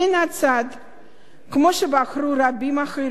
כמו שבחרו רבים אחרים באותה תקופה,